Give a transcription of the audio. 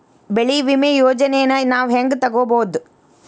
ಬೆಳಿ ವಿಮೆ ಯೋಜನೆನ ನಾವ್ ಹೆಂಗ್ ತೊಗೊಬೋದ್?